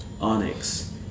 onyx